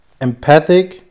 empathic